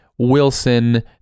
wilson